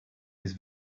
his